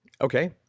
Okay